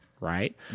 right